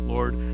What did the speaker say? Lord